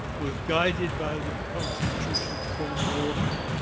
was guided by the constitution's former author,